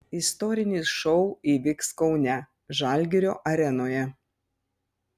istorinis šou įvyks kaune žalgirio arenoje